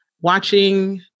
watching